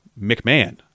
McMahon